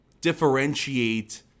differentiate